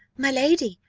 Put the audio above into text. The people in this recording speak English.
my lady!